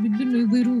vidinių įvairių